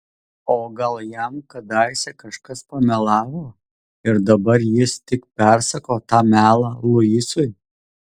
o gal jam kadaise kažkas pamelavo ir dabar jis tik persako tą melą luisui